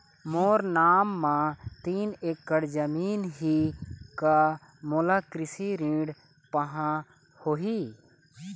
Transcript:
मोर नाम म तीन एकड़ जमीन ही का मोला कृषि ऋण पाहां होही?